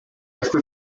este